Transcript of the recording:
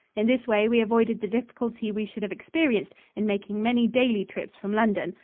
in this way we avoided the difficulty we should have experienced in making many daily trips from london,